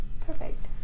Perfect